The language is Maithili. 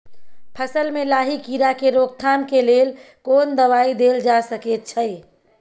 फसल में लाही कीरा के रोकथाम के लेल कोन दवाई देल जा सके छै?